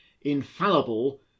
infallible